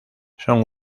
son